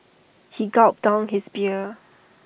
he gulped down his beer